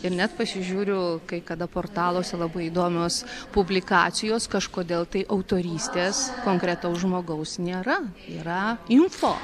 ir net pasižiūriu kai kada portaluose labai įdomios publikacijos kažkodėl tai autorystės konkretaus žmogaus nėra yra info